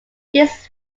this